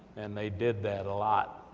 and they did that a lot.